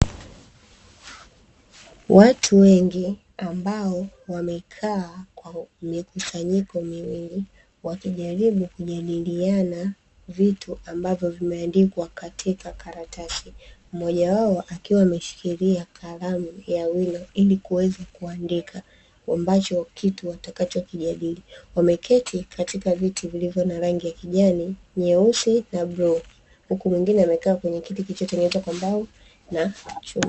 Watu wengi, ambao wamekaa kwa mikusanyiko miwili, wakijaribu kujadiliana vitu ambavyo vimeandikwa katika karatasi. Mmoja wao akiwa ameshikilia kalamu ya wino ili kuweza kuandika ambacho kitu watakachokijadili. Wameketi katika viti vilivyo na rangi ya kijani, nyeusi na bluu, huku mwingine amekaa katika kiti kilichotengenezwa kwa mbao na chuma.